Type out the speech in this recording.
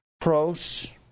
pros